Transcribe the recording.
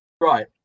Right